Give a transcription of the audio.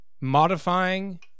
modifying